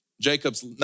Jacob's